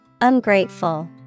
Ungrateful